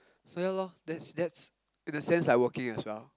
so ya lor that's that's in a sense like working as well